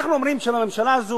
אנחנו אומרים שהממשלה הזו,